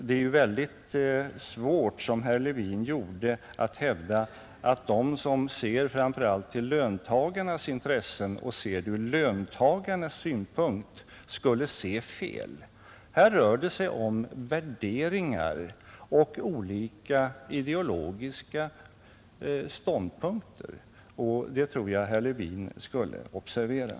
Det är ohållbart att så som herr Levin hävda att de som ser framför allt till löntagarnas intressen och från löntagarnas synpunkt skulle se fel. Här rör det sig om värderingar och olika ideologiska ståndpunkter, och det tror jag att herr Levin skall observera.